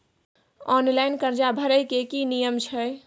Online कर्जा भरै के की नियम छै?